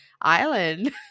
island